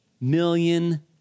million